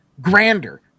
grander